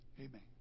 Amen